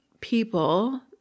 people